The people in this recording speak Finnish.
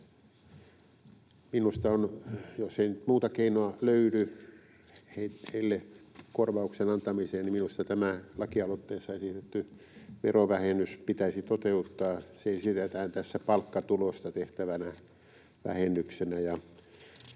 Jos ei nyt muuta keinoa löydy heille korvauksen antamiseen, niin minusta tämä laki-aloitteessa esitetty verovähennys pitäisi toteuttaa. Se esitetään tässä palkkatulosta tehtävänä vähennyksenä.